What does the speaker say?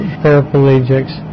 paraplegics